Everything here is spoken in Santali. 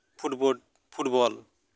ᱯᱷᱩᱴᱵᱳᱰ ᱯᱷᱩᱴᱵᱚᱞ